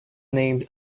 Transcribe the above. named